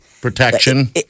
protection